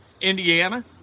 Indiana